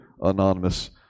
anonymous